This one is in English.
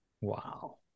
Wow